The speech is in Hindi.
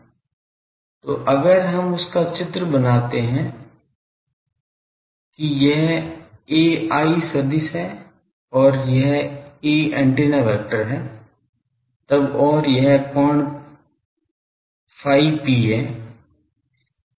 तो अगर हम उसका चित्र बनाते हैं कि यह ai सदिश है और यह a एंटीना वेक्टर है तब और यह कोण phi p है